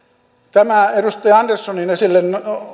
nämä edustaja anderssonin esille